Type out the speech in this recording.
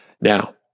Now